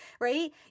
right